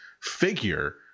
figure